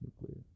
Nuclear